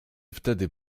wtedy